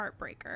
Heartbreaker